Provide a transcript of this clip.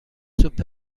سوپ